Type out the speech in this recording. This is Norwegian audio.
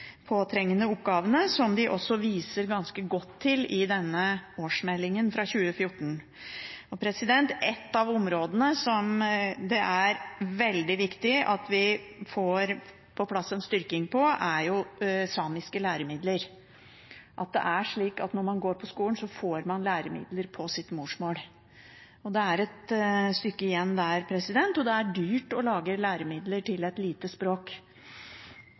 påtrengende oppgavene, som de også viser ganske godt til i denne årsmeldingen fra 2014. Ett av områdene der det er veldig viktig at vi får på plass en styrking, er samiske læremidler – at det er slik at når man går på skolen, får man læremidler på sitt morsmål. Det er et stykke igjen der, og det er dyrt å lage læremidler til et lite språk.